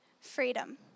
freedom